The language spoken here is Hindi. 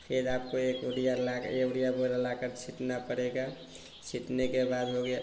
फ़िर आपको एक ऑडिया लगा ऐ ऑडिया लगाकर छिड़कना पड़ेगा छिड़कने के बाद हो गया